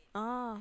oh